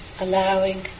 allowing